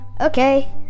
Okay